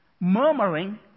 murmuring